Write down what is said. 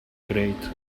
grate